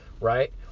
Right